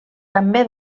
també